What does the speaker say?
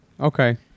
Okay